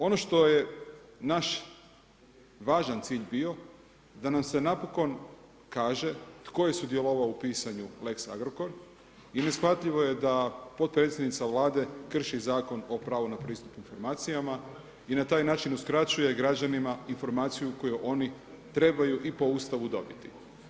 Ono što je naš važan cilj bio da nam se napokon kaže tko je sudjelovao u pisanju Lex Agrokor i neshvatljivo je da potpredsjednica Vlade krši Zakon o pravu na pristup informacijama i na taj način uskraćuje građanima informacijama koju oni trebaju i po Ustavu dobiti.